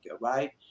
right